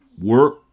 work